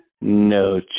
No